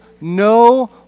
no